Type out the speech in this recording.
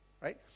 right